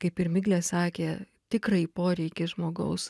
kaip ir miglė sakė tikrąjį poreikį žmogaus